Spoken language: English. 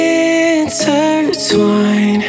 intertwine